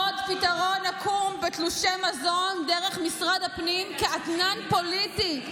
עוד פתרון עקום בתלושי מזון דרך משרד הפנים כאתנן פוליטי,